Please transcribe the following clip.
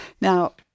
Now